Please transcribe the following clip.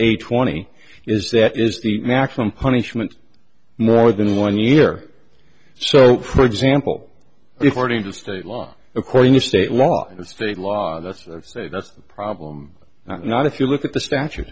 eight twenty is that is the maximum punishment more than one year so for example resorting to state law according to state law the state law that's the problem not if you look at the statu